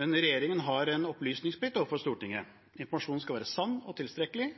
Regjeringen har en opplysningsplikt overfor Stortinget. Informasjonen skal være sann og tilstrekkelig,